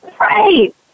Right